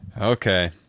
Okay